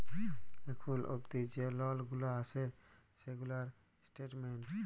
এখুল অবদি যে লল গুলা আসে সেগুলার স্টেটমেন্ট